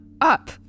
up